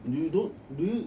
you don't do you